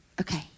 okay